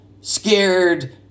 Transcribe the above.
scared